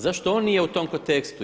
Zašto on nije u tom kontekstu?